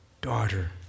daughter